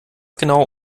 genau